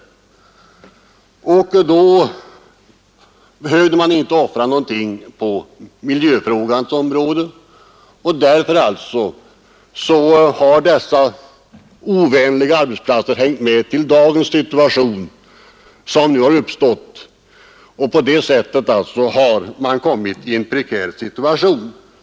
Då behövde ingenting offras på miljövårdens område, och därför har dessa ovänliga arbetsplatser hängt med tills dagens situation uppstått och man på många håll i vårt land har kommit i en prekär situation.